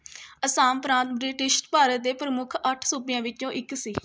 ਅਸਾਮ ਪ੍ਰਾਂਤ ਬ੍ਰਿਟਿਸ਼ ਭਾਰਤ ਦੇ ਪ੍ਰਮੁੱਖ ਅੱਠ ਸੂਬਿਆਂ ਵਿੱਚੋਂ ਇੱਕ ਸੀ